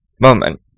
moment